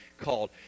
called